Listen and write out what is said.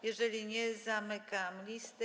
Jeżeli nie, zamykam listę.